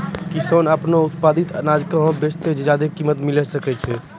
किसान आपनो उत्पादित अनाज कहाँ बेचतै जे ज्यादा कीमत मिलैल सकै छै?